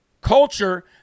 culture